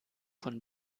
von